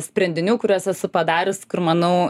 sprendinių kuriuos esu padarius kur manau